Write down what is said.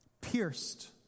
pierced